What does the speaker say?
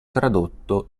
tradotto